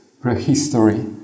prehistory